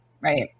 right